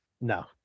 No